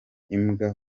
imbwa